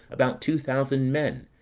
about two thousand men,